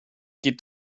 geht